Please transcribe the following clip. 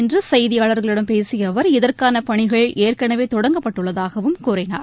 இன்றுசெய்தியாளர்களிடம் சென்னையில் பேசியஅவர் இதற்கானபணிகள் ஏற்கனவேதொடங்கப்பட்டுள்ளதாகவும் கூறினார்